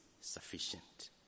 sufficient